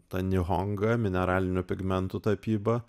tą nihonga mineralinių pigmentų tapyba